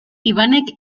ibanek